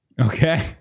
Okay